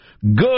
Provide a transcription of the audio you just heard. Good